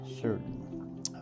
certain